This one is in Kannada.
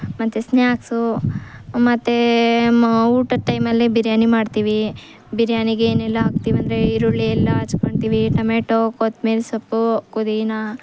ಮತ್ತು ಸ್ನ್ಯಾಕ್ಸು ಮತ್ತು ಮ ಊಟದ ಟೈಮಲ್ಲಿ ಬಿರಿಯಾನಿ ಮಾಡ್ತೀವಿ ಬಿರಿಯಾನಿಗೇನೆಲ್ಲ ಹಾಕ್ತೀವೆಂದ್ರೆ ಈರುಳ್ಳಿ ಎಲ್ಲ ಹಚ್ಕೊಳ್ತೀವಿ ಟೊಮೆಟೋ ಕೊತ್ತಂಬ್ರಿ ಸೊಪ್ಪು ಪುದೀನ